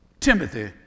Timothy